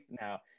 now